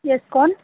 yes कौन